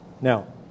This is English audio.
Now